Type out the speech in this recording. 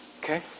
Okay